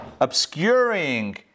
obscuring